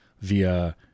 via